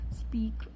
speak